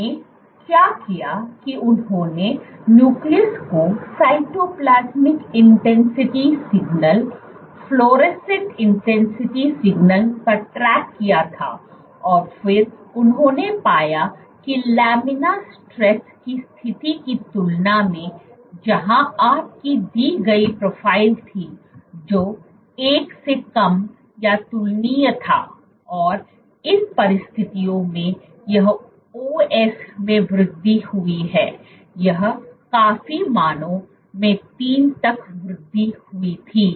उन्होंने क्या किया कि उन्होंने न्यूक्लियस को cytoplasmic intensity signal fluorescent intensity signal पर ट्रैक किया था और फिर उन्होंने पाया कि लामिना स्ट्रेस की स्थिति की तुलना में जहां आपकी दी गई प्रोफाइल थी जो 1 से कम या तुलनीय था और इन परिस्थितियों में यह OS में वृद्धि हुई है यह काफी मानों में 3 तक वृद्धि हुई थी